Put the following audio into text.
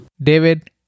David